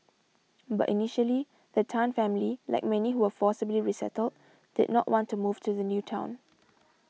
but initially the Tan family like many who were forcibly resettled did not want to move to the new town